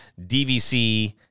DVC